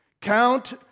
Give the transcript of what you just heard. count